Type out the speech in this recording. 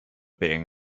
being